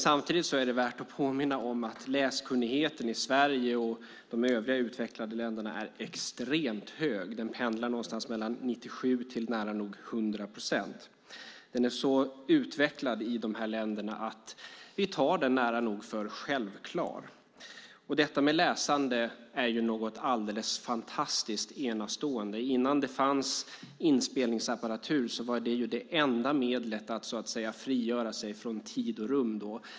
Samtidigt är det värt att påminna om att läskunnigheten i Sverige och de övriga utvecklade länderna är extremt hög. Den pendlar mellan 97 till nära nog 100 procent. Den är så utvecklad i dessa länder att vi tar den nära nog för självklar. Detta med läsande är något alldeles fantastiskt enastående. Innan det fanns inspelningsapparatur var skriften det enda medlet att frigöra sig från tid och rum.